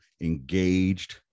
engaged